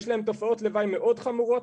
יש להם תופעות לוואי מאוד חמורות.